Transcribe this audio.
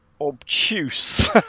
obtuse